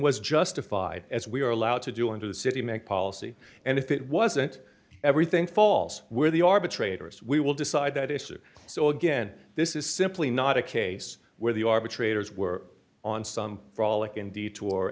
was justified as we were allowed to do into the city make policy and if it wasn't everything falls where the arbitrator is we will decide that issue so again this is simply not a case where the arbitrators were on some frolic ind